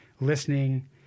listening